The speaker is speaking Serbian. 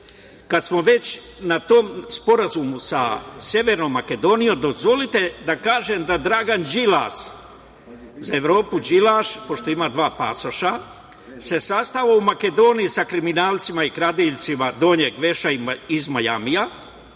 smo već na tom sporazumu sa Severnom Makedonijom, dozvolite da kažem da Dragan Đilas, za Evropu Đilaš, pošto ima dva pasoša, se sastao u Makedoniji sa kriminalcima i kradljivcima donjeg veša iz Majamija,